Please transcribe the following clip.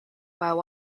while